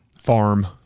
Farm